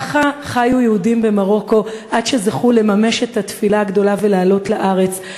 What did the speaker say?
ככה חיו יהודים במרוקו עד שזכו לממש את התפילה הגדולה ולעלות לארץ.